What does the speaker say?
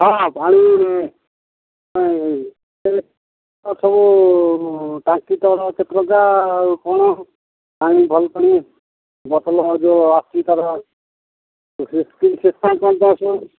ହଁ ପାଣି ସବୁ ଟାଙ୍କି ତଳ କେତେ କ'ଣ ପାଣି ଭଲ ପାଣି ବୋତଲ ଯୋଉ ଆସଛି ତାର